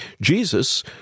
Jesus